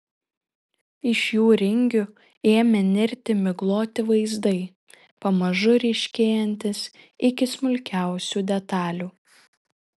iš jų ringių ėmė nirti migloti vaizdai pamažu ryškėjantys iki smulkiausių detalių